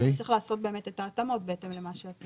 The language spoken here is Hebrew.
הפצנו את הטיוטה של התקנות רק צריך באמת את ההתאמות בהתאם למה שאתם